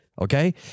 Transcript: okay